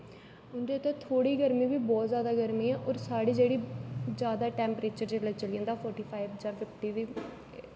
उंदे उदर थोह्ड़ी गर्मी बी बहुत ज्यादा गर्मी ऐ साढ़ी जेहडी ज्यादा टैम्परेचर जिसले चली जंदा फोर्टी फाइव जां फिफ्टी बी